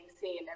seen